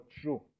true